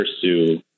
pursue